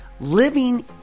Living